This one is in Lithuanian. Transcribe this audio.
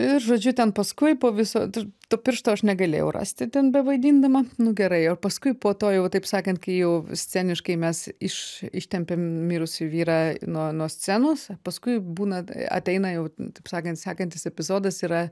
ir žodžiu ten paskui po viso to piršto aš negalėjau rasti ten bevaidindama nu gerai o paskui po to jau taip sakant kai jau sceniškai mes iš ištempėm mirusį vyrą nuo nuo scenos paskui būna ateina jau taip sakant sekantis epizodas yra